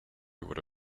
would